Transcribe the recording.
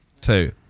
two